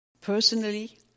personally